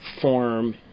form